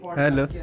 hello